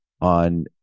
on